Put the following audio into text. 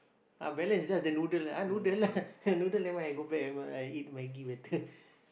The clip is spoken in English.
uh balance it's just the noodle ah noodle noodle never mind I go back never mind I eat Maggie better